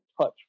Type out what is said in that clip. touch